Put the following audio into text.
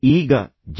ಈಗ ಜಿ